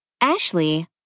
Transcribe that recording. Ashley